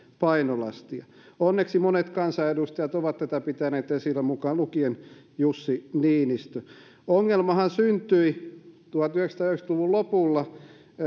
painolastia onneksi monet kansanedustajat ovat tätä pitäneet esillä mukaan lukien jussi niinistö ongelmahan syntyi tuhatyhdeksänsataayhdeksänkymmentä luvun lopulla